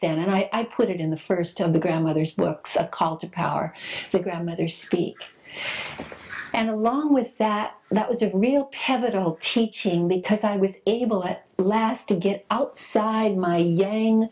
then and i put it in the first of the grandmother's books a cart of power the grandmother squeak and along with that that was a real petal teaching because i was able at last to get outside my yang